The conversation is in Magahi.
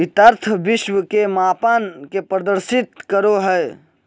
यथार्थ विश्व के मापन के प्रदर्शित करो हइ